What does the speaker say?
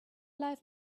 life